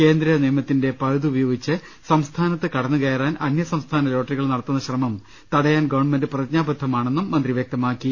കേന്ദ്ര നിയമത്തിന്റെ പഴുത് ഉപയോഗിച്ച് സംസ്ഥാനത്ത് കടന്നു കയറാൻ അന്യസംസ്ഥാന ലോട്ടറികൾ നടത്തുന്ന ശ്രമം തടയാൻ ഗവൺമെന്റ് പ്രതിജ്ഞാബദ്ധമാണെന്ന് മന്ത്രി വൃക്തമാ ക്കി